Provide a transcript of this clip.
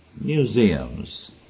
Museums